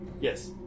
Yes